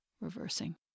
reversing